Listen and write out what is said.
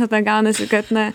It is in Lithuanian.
tada gaunasi kad na